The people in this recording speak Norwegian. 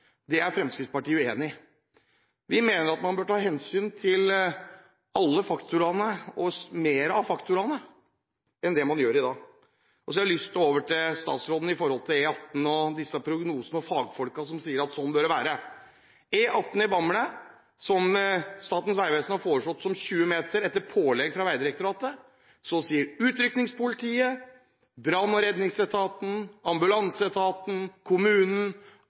Det er Fremskrittspartiet uenig i. Vi mener at man bør ta hensyn til flere faktorer enn det man gjør i dag. Så har jeg lyst til å gå over til statsråden i forhold til E18 og disse prognosene og fagfolkene som sier at sånn bør det være. E18 i Bamble har Statens vegvesen foreslått med 20 meters bredde etter pålegg fra Vegdirektoratet. Så sier utrykningspolitiet, brann- og redningsetaten, ambulanseetaten, kommunen